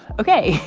ok,